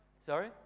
Sorry